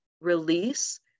release